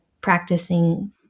practicing